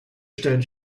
stellen